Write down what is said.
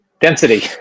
Density